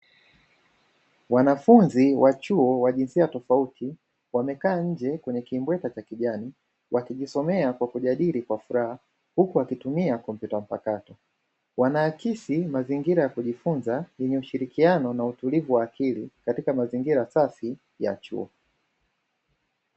Wanafunzi wa chuo wa jinsia tofauti wamekaa nje kwenye kimbweta cha kijani, wakijisomea na kujadili kwa furaha, huku wakitumia kompyuta mpakato. Wanaakisi mazingira ya kunifunza yenye ushirikiano na utulivu wa akili katika mazingira safi ya chuo.